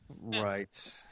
Right